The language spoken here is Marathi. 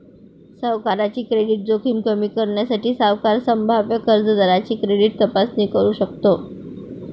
सावकाराची क्रेडिट जोखीम कमी करण्यासाठी, सावकार संभाव्य कर्जदाराची क्रेडिट तपासणी करू शकतो